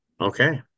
Okay